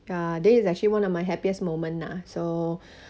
ya this is actually one of my happiest moment ah so